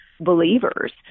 believers